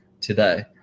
today